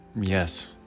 Yes